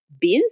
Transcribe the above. Biz